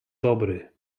dobry